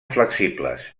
flexibles